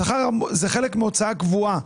שכר זה חלק מהוצאה קבועה.